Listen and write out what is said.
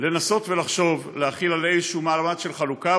לנסות לחשוב להחיל עליה איזשהו מעמד של חלוקה,